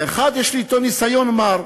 ואחד, יש לי אתו ניסיון מר,